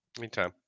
Meantime